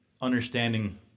understanding